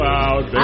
out